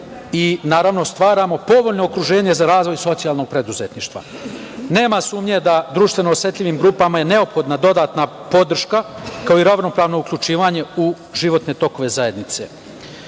i stvaramo povoljno okruženje za razvoj socijalnog preduzetništva. Nema sumnje da je društveno osetljivim grupama neophodna dodatna podrška, kao i ravnopravno uključivanje u životne tokove zajednice. Sam